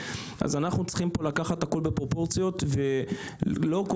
אז אנחנו צריכים פה לקחת הכול בפרופורציות ולא כל